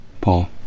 Paul